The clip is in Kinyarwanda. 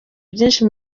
byinshi